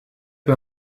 peu